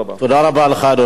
תודה רבה לך, אדוני.